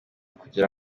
kugira